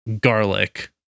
garlic